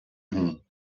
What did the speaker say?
rum